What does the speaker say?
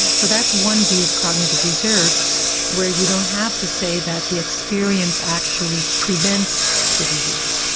so that's one view of cognitive reserve where you don't have to say that the experience actually prevents the disease.